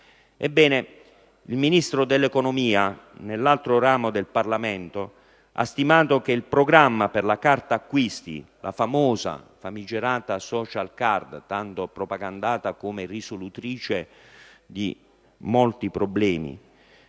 Ebbene, il Ministro dell'economia nell'altro ramo del Parlamento ha stimato che il programma per la carta acquisti, la famosa, famigerata *social card*, tanto propagandata come risolutrice di molti problemi,